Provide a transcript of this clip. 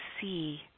see